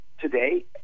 today